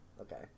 Okay